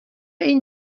این